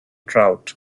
trout